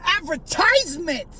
advertisement